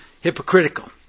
hypocritical